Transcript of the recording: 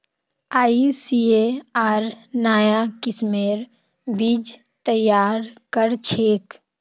ICAR नाया किस्मेर बीज तैयार करछेक